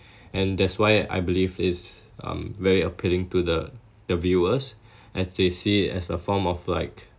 and that's why I believe it's um very appealing to the the viewers as they see it as a form of like